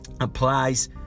applies